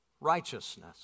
righteousness